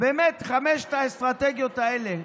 ובאמת, חמש האסטרטגיות האלה,